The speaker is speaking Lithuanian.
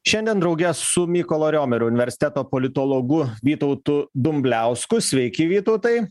šiandien drauge su mykolo riomerio universiteto politologu vytautu dumbliausku sveiki vytautai